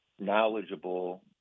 knowledgeable